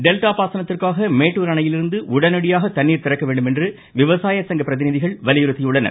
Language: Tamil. டெல்டா பாசனத்திற்காக மேட்டூர் அணையிலிருந்து உடனடியாக தண்ணீர் திறக்க வேண்டும் என விவசாய சங்க பிரதிநிதிகள் வலியுறுத்தியுள்ளனர்